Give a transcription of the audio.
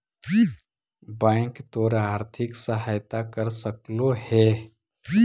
bank तोर आर्थिक सहायता कर सकलो हे